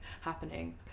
happening